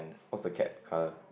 what's the cat colour